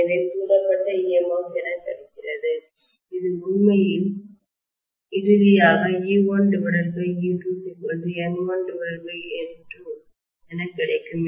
எனவே தூண்டப்பட்ட EMF என என்ன கிடைக்கிறது இது உண்மையில் இறுதியாக e1e2N1N2 என கிடைக்கும்